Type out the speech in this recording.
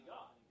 God